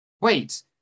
Wait